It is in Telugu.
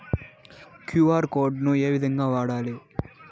క్యు.ఆర్ కోడ్ ను ఏ విధంగా వాడాలి?